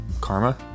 karma